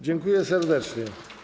Dziękuję serdecznie.